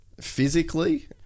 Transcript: physically